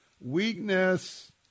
weakness